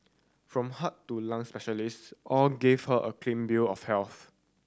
from heart to lung specialist all give her a clean bill of health